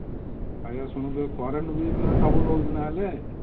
ଆଜ୍ଞା ଶୁଣନ୍ତୁ କରେଣ୍ଟ ସବୁ ନେଉଛି ନା ତାହେଲେ